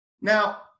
Now